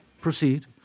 proceed